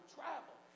travel